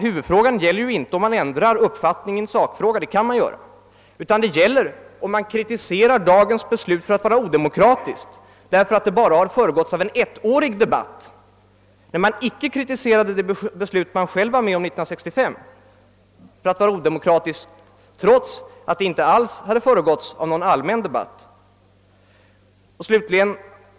Huvudfrågan gäller inte, om man har ändrat uppfattning i en sak — det kan man få göra — utan om man kan kritisera dagens beslut för att vara odemokratiskt, därför att det bara har föregåtts av en ettårig debatt, när man inte har kritiserat det beslut som man själv var med om 1965 för att vara odemokratiskt, trots att det inte hade föregåtts av någon allmän debatt alls.